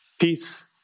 Peace